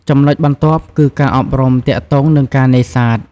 ចំណែុចបន្ទាប់គឺ ការអប់រំទាក់ទងនឹងការនេសាទ។